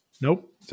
nope